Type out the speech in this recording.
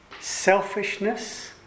selfishness